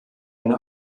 eine